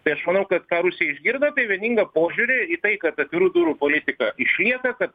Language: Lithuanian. tai aš manau kad ką rusija išgirdo tai vieningą požiūrį į tai kad atvirų durų politika išlieka kad